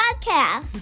podcast